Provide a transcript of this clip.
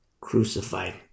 crucified